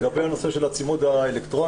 לגבי הנושא של הצימוד האלקטרוני,